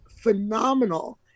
phenomenal